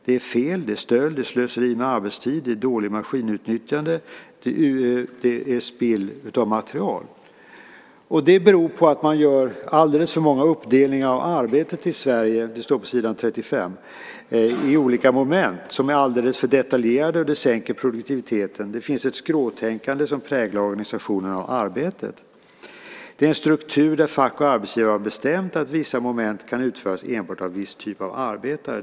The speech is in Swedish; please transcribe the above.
Det är fel. Det är stöld. Det är slöseri med arbetstid. Det är dåligt maskinutnyttjande. Det är spill av material. Det beror på att man i Sverige gör alldeles för många uppdelningar av arbetet i olika moment - det står om detta på s. 35 - som är alldeles för detaljerade. Det sänker produktiviteten. Dessutom finns det ett skråtänkande som präglar organisationen av arbetet. Det är en struktur där fack och arbetsgivare har bestämt att vissa moment kan utföras enbart av en viss typ av arbetare.